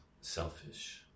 selfish